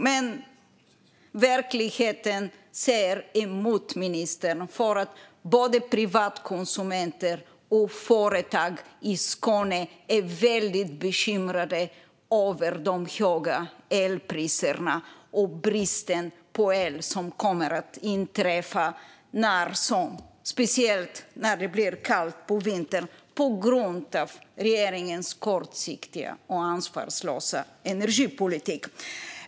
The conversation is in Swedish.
Men verkligheten säger emot ministern, för både privatkonsumenter och företag i Skåne är väldigt bekymrade över de höga elpriserna och den brist på el som kommer att inträffa, speciellt när det blir kallt på vintern, på grund av regeringens kortsiktiga och ansvarslösa energipolitik.